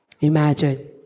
Imagine